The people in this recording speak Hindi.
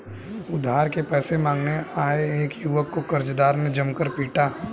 उधार के पैसे मांगने आये एक युवक को कर्जदार ने जमकर पीटा